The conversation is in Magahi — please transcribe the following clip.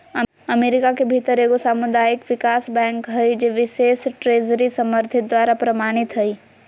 अमेरिका के भीतर एगो सामुदायिक विकास बैंक हइ जे बिशेष ट्रेजरी समर्थित द्वारा प्रमाणित हइ